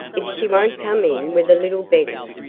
if she won't come in with a little begging,